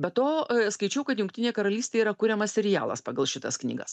be to skaičiau kad jungtinėj karalystėj yra kuriamas serialas pagal šitas knygas